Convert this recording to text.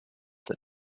that